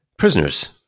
prisoners